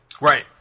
Right